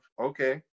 okay